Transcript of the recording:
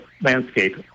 landscape